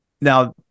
now